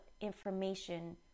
information